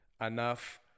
enough